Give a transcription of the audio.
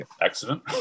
accident